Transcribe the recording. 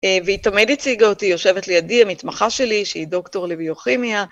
והיא תמיד הציגה אותי, יושבת לידי, המתמחה שלי שהיא דוקטור לביוכימיה.